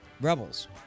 Rebels